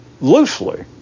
loosely